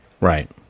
Right